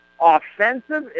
Offensive